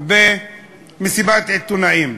והתראיין במסיבת עיתונאים,